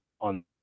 on